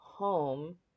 Home